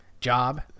job